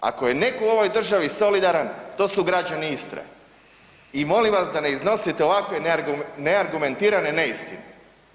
Ako je neko u ovoj državi solidaran to su građani Istre i molim vas da ne iznosite ovakve neargumentirane neistine.